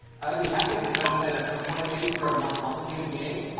i would be happy to touch on it at some point maybe for a more complicated game.